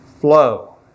flow